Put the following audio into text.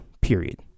period